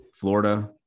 Florida